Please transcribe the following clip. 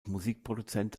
musikproduzent